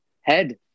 Head